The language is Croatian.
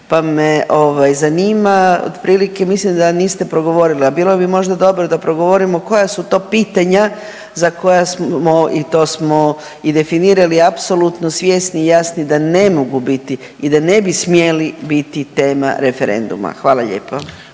Pa me zanima, otprilike mislim da niste progovorili a bilo bi možda dobro da progovorimo koja su to pitanja za koja smo i to smo i definirali apsolutno svjesni i jasni da ne mogu biti i da ne bi smjeli biti tema referenduma. Hvala lijepo.